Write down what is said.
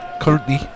currently